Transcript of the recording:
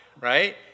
right